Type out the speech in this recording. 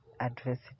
adversity